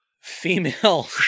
Female